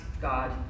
God